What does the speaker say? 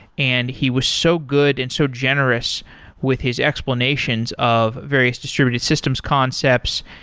and he was so good and so generous with his explanations of various distributed systems concepts,